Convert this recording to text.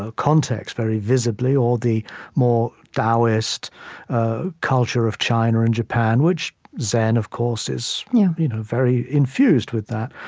ah context very visibly or the more taoist ah culture of china and japan, which zen, of course, is you know very infused with that.